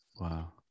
Wow